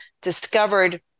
discovered